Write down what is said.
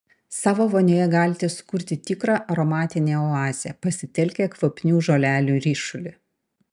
savo vonioje galite sukurti tikrą aromatinę oazę pasitelkę kvapnių žolelių ryšulį